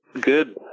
good